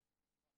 מתאימה